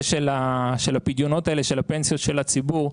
של הפדיונות האלה של הפנסיות של הציבור,